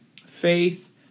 faith